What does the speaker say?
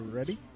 ready